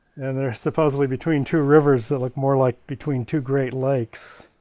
and they're supposedly between two rivers that look more like between two great lakes.